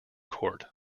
court